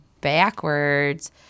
backwards